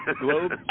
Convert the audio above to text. Globe